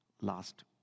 last